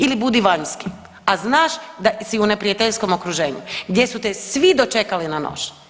Ili budi vanjski, a znaš da si u neprijateljskom okruženju gdje su te svi dočekali na nož.